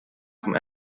from